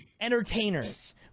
entertainers